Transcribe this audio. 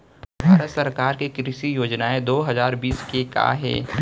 भारत सरकार के कृषि योजनाएं दो हजार बीस के का हे?